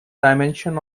dimension